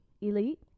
elite